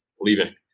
leaving